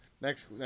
next